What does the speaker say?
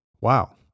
wow